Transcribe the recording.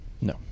No